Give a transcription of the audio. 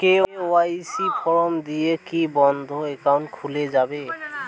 KYC form দিয়ে কি বন্ধ একাউন্ট খুলে যাবে?